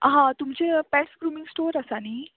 हां तुमचे pet grooming store आसा न्ही